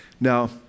Now